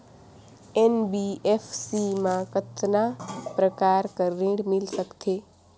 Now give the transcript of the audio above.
NBFC मा कतना प्रकार कर ऋण मिल सकथे?